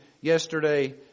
yesterday